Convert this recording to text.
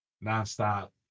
Non-stop